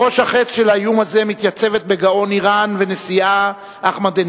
בראש החץ של האיום הזה מתייצבים בגאון אירן והנשיא אחמדינג'אד,